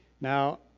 Now